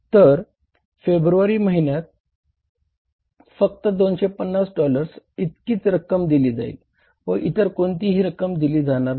तर फेब्रुवारी महिन्यात फक्त 250 डॉलर्स इतकीच रक्कम दिली जाईल व इतर कोणतीही रक्कम दिली जाणार नाही